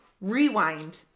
Rewind